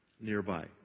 nearby